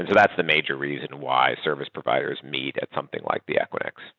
and that's the major reason why service providers meet at something like the equinix.